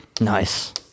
Nice